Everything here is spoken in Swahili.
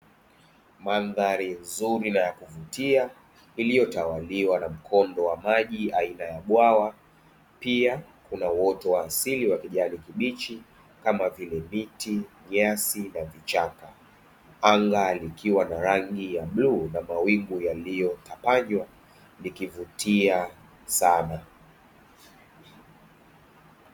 Mandhari nzuri na ya kuvutia iliyotawaliwa na mkondo wa maji aina ya bwawa, pia kuna uoto wa asili wa kijani kibichi kama vile: miti, nyasi na vichaka. Anga likiwa na rangi ya bluu na mawingu yaliyotapanywa, ikivutia sana.